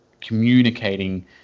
communicating